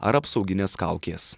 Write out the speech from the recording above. ar apsauginės kaukės